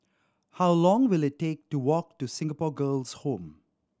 how long will it take to walk to Singapore Girls' Home